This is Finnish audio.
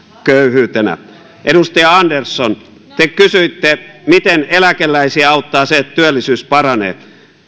köyhyytenä edustaja andersson te kysyitte miten eläkeläisiä auttaa se että työllisyys paranee